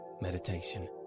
meditation